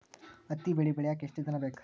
ಹತ್ತಿ ಬೆಳಿ ಬೆಳಿಯಾಕ್ ಎಷ್ಟ ದಿನ ಬೇಕ್?